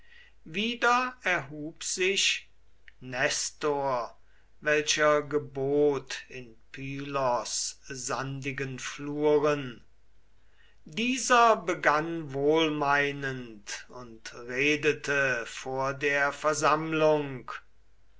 wieder erhub sich nestor welcher gebot in pylos sandigen fluren dieser begann wohlmeinend und redete vor der versammlung